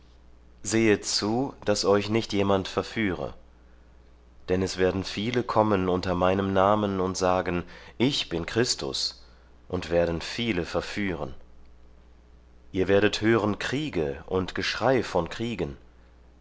sehet zu daß euch nicht jemand verführe denn es werden viele kommen unter meinem namen und sagen ich bin christus und werden viele verführen ihr werdet hören kriege und geschrei von kriegen